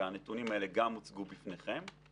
והנתונים האלה גם הוצגו בפניכם.